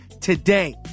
today